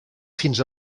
fins